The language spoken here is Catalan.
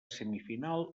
semifinal